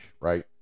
right